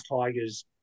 Tigers